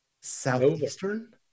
Southeastern